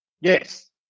Yes